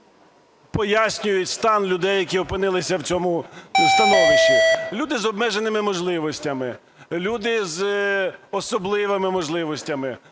пояснюють стан людей, які опинилися в цьому становищі. "Люди з обмеженими можливостями", "люди з особливими можливостями",